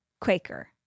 Quaker